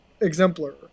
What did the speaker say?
exemplar